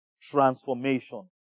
transformation